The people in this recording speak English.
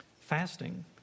fasting